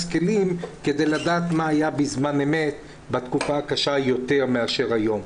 כלים כדי לדעת מה היה בזמן אמת בתקופה הקשה יותר מאשר היום.